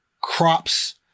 crops